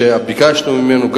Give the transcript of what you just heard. כשביקשנו גם ממנו,